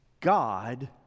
God